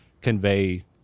convey